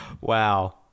Wow